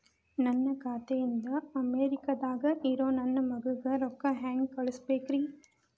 ನನ್ನ ಖಾತೆ ಇಂದ ಅಮೇರಿಕಾದಾಗ್ ಇರೋ ನನ್ನ ಮಗಗ ರೊಕ್ಕ ಹೆಂಗ್ ಕಳಸಬೇಕ್ರಿ?